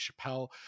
Chappelle